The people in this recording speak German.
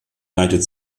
leitet